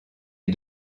est